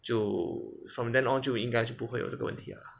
就 from then on 就应该是不会有这个问题了